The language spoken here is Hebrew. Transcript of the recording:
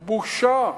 בושה.